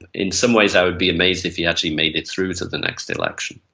in some ways i would be amazed if he actually made it through to the next election.